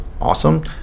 awesome